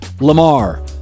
Lamar